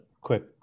quick